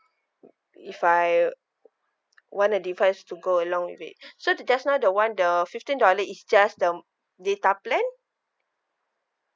if I want a device to go along with it so the just now the one the fifteen dollar is just the data plan